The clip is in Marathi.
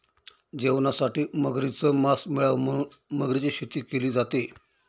जेवणासाठी मगरीच मास मिळाव म्हणून मगरीची शेती केली जाते